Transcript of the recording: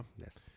Yes